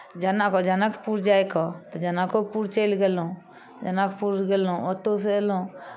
जनक जनकपुर जाय कऽ तऽ जनकोपुर चलि गेलहुँ जनकपुर गेलहुँ ओतयसँ अयलहुँ